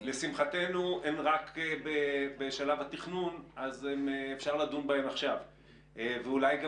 לשמחתנו הן רק בשלב התכנון ואפשר לדון בהן עכשיו ואולי גם